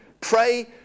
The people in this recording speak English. Pray